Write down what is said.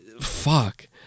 fuck